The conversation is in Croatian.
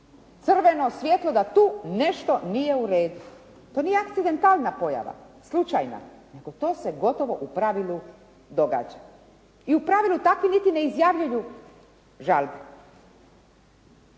crveno svijetlo da tu nešto nije u redu. To nije akcidentalna pojava, slučajna, nego to se gotovo u pravilu događa. I u pravilu takvi niti ne izjavljuju žalbe.